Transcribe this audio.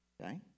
Okay